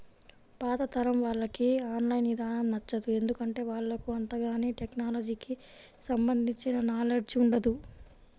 పాతతరం వాళ్లకి online ఇదానం నచ్చదు, ఎందుకంటే వాళ్లకు అంతగాని టెక్నలజీకి సంబంధించిన నాలెడ్జ్ ఉండదు